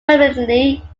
permanently